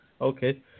Okay